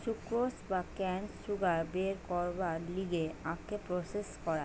sucrose বা কেন sugar বের করবার লিগে আখকে প্রসেস করায়